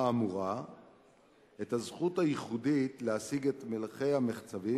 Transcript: האמורה את הזכות הייחודית להשיג את מלחי-המחצב,